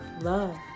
Love